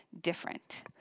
different